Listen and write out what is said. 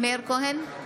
נגד מירב כהן,